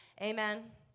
amen